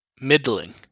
middling